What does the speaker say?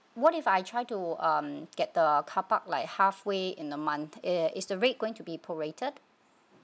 what if I try to um get the carpark like halfway in the month eh is the rate going to be prorated